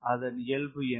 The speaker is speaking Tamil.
அதன் இயல்பு என்ன